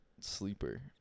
sleeper